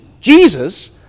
Jesus